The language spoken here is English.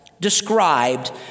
described